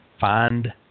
Find